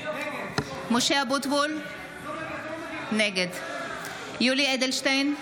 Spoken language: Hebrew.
משה אבוטבול, נגד יולי יואל אדלשטיין,